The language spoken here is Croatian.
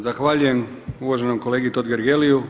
Zahvaljujem uvaženom kolegi Totgergeliju.